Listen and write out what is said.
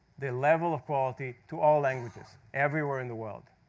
the level of quality, to all languages everywhere in the world.